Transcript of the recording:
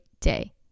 day